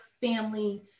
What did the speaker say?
family